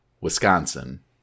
Wisconsin